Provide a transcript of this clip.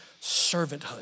servanthood